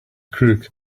crook